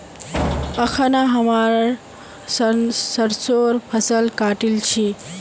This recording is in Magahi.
अखना हमरा सरसोंर फसल काटील छि